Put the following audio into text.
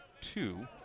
two